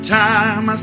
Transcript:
time